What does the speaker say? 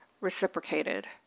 reciprocated